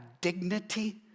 dignity